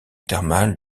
thermale